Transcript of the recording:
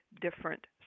different